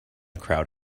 crowd